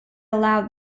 aloud